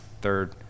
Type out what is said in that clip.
third